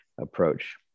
approach